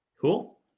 Cool